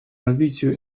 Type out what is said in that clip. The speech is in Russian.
развитию